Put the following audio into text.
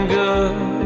good